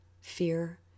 fear